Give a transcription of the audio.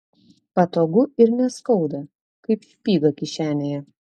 patogu ir neskauda kaip špyga kišenėje